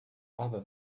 other